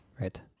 Right